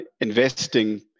investing